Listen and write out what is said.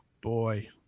boy